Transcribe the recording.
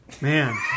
Man